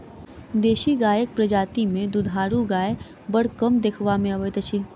देशी गायक प्रजाति मे दूधारू गाय बड़ कम देखबा मे अबैत अछि